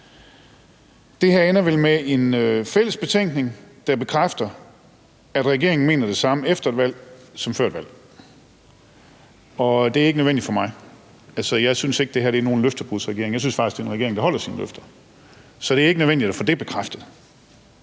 Det her ender vel med en fælles betænkning, der bekræfter, at regeringen mener det samme efter et valg som før et valg. Det er ikke nødvendigt for mig. Jeg synes ikke, at det her er nogen løftebrudsregering. Jeg synes faktisk, det er en regering, der holder sine løfter. Så det er ikke nødvendigt at få det bekræftet.